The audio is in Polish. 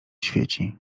świeci